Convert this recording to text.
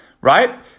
right